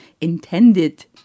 intended